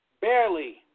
barely